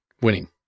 winning